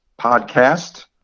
podcast